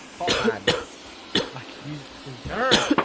hot man like you and turn